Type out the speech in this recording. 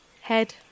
Head